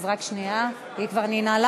אז רק שנייה, היא כבר ננעלה.